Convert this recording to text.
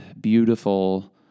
beautiful